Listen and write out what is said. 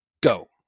go